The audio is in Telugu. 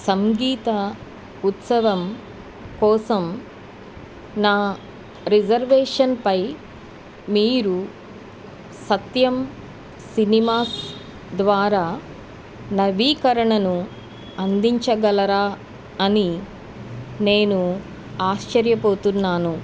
సంగీత ఉత్సవం కోసం నా రిజర్వేషన్పై మీరు సత్యం సినిమాస్ ద్వారా నవీకరణను అందించగలరా అని నేను ఆశ్చర్యపోతున్నాను